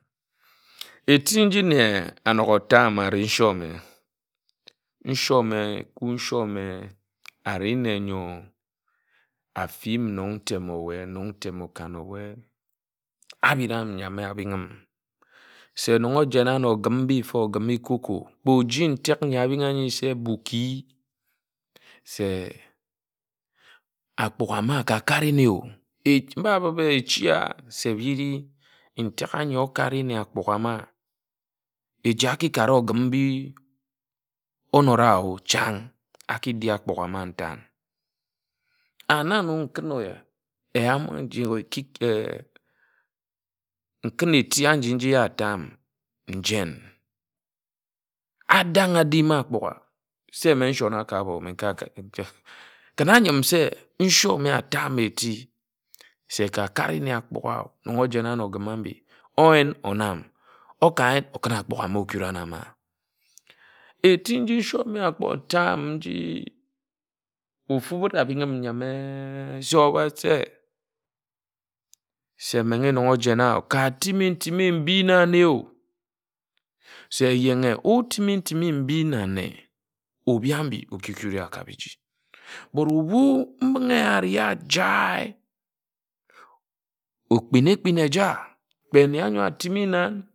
Eti nji nne anok ota areh ishōme ishōme ishōme ari nne ńyo afi nnon ntem ọweh nnon ntem-ekan ọweh ebinam yam ebiń yam se nnon ojena okim mbi mfo egimi cocoa kpe oji ntek nyi orun a se Boki se ágbugha ka kare nne mba bib ye echi a se biri ntak anyi okare nne ágbughe ama eji oki kare okim mbi onoda o chań aki di ágbughe ama ntan̄ anam nkin̄ ōya eya aki di ágbughe ama ntan̄ anam nkin̄ ōya eya ji okik nkun iti aji nji ta nchen adan̄ adi ma ágbugha se mme nshóna ka ábo nka kid se kin ányim nshone ta mme eti se ka kare nne ágbugha ojena ano okim ma mbi oyen onam oka yen okun ágbugha ama ókura na ma eti nji nshoma agbō ta me nji ofu bid abin me. se menghe ébo ojen na o katimi ntimi mbi na nne obi ambi oki jud wa ka biji are obu mbinghe eya ari a jae. okpin-a-ekpin eja kpe nne ānyo atimi nan.